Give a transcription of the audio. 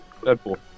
Deadpool